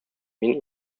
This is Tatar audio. мин